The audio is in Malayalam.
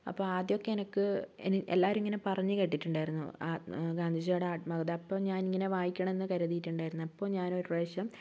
അപ്പം ആദ്യമൊക്കെ എനിക്ക് എല്ലാവരുമിങ്ങനെ പറഞ്ഞ് കേട്ടിട്ടുണ്ടായിരുന്നു ആ ഗാന്ധിജിയുടെ ആത്മകഥ അപ്പം ഞാനിങ്ങനെ വായിക്കണമെന്ന് കരുതിയിട്ടുണ്ടായിരുന്നു അപ്പോൾ ഞാനൊരു പ്രാവശ്യം